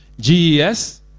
GES